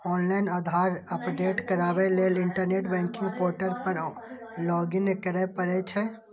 online Aadhaar update कराबै लेल internet banking portal पर लॉगइन करय पड़ै छै